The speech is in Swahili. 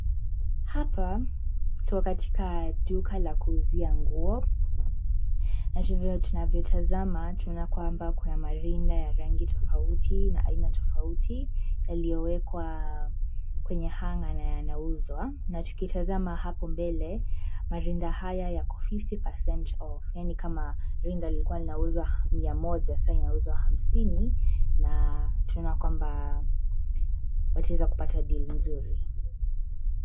Hapa tuko katika duka la kuuzia nguo, na tunavyotazama tunaona kwamba kuna marinda ya rangi tofauti na aina tofauti yaliyowekwa kwenye hanger na yanauzwa, na tukitazama hapo mbele marinda haya yako fifty percent off yaani kama rinda lilikuwa linauzwa mia moja sa inauzwa hamsini na tunaona kwamba wataweza kupata deal nzuri.